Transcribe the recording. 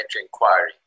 inquiry